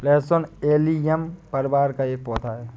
लहसुन एलियम परिवार का एक पौधा है